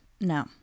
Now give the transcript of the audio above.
no